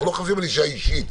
אנחנו לא חושבים על ענישה אישית,